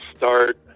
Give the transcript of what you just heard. start